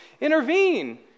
intervene